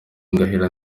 ndahari